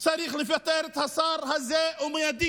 צריך לפטר את השר הזה ומייד,